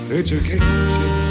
education